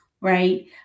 right